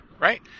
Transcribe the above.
right